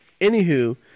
Anywho